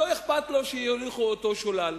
שלא היה אכפת לו שיוליכו אותו שולל,